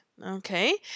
Okay